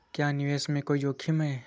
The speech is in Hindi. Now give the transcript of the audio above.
क्या निवेश में कोई जोखिम है?